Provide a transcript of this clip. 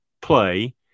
play